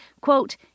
Quote